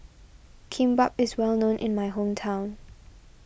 Kimbap is well known in my hometown